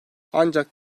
ancak